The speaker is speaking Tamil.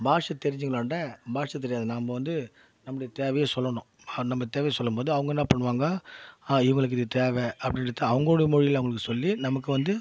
பாஷை தெரிஞ்சவங்களான்ட பாஷை தெரியாத நாம் வந்து நம்முடைய தேவையை சொல்லணும் நம்ம தேவையை சொல்லும்போது அவங்க என்ன பண்ணுவாங்கள் ஆ இவங்களுக்கு இது தேவை அப்படினுட்டு அவங்களோட மொழியில் அவங்களுக்கு சொல்லி நமக்கு வந்து